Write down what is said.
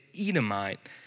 Edomite